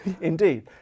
indeed